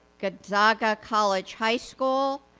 gonzaga college high school,